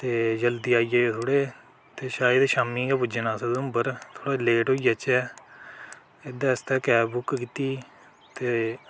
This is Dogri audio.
ते जल्दी आई जाएओ थोह्ड़े ते शायद शामीं गै पुज्जना अस उधमपुर थोह्ड़े लेट होई जाचै एह्दे आस्तै कैब बुक कीती ते